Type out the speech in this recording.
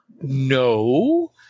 No